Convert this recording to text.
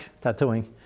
tattooing